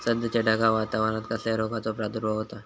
सध्याच्या ढगाळ वातावरणान कसल्या रोगाचो प्रादुर्भाव होता?